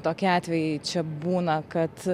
tokie atvejai čia būna kad